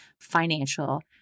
financial